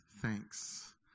thanks